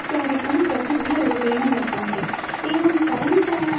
इत्यादिकं प्रसिद्धरूपेण वर्तन्ते एवं परम्परा